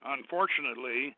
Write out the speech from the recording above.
Unfortunately